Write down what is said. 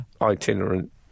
itinerant